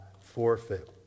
forfeit